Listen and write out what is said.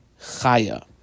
chaya